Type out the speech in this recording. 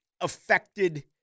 affected